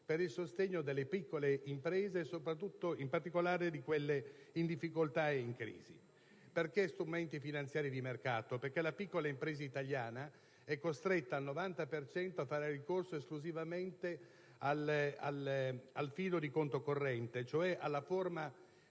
per il sostegno delle piccole imprese, in particolare di quelle in difficoltà e in crisi. Perché strumenti finanziari di mercato? Perché la piccola impresa italiana è costretta al 90 per cento a fare ricorso esclusivamente al fido di conto corrente, cioè alla forma